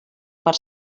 per